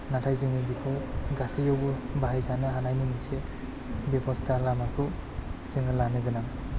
नाथाय जोङो बेखौ गासैयावबो बाहायजानो हानायनि मोनसे बेबस्ता लामाखौ जोङो लानो गोनां